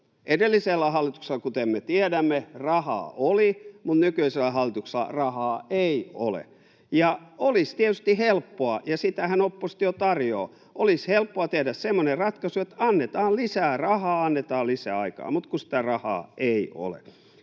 Edellisellä hallituksella, kuten me tiedämme, rahaa oli, mutta nykyisellä hallituksella rahaa ei ole. Olisi tietysti helppoa — ja sitähän oppositio tarjoaa — tehdä semmoinen ratkaisu, että annetaan lisää rahaa, annetaan lisää aikaa, mutta kun sitä rahaa ei ole.